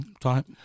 type